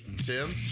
Tim